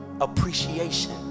appreciation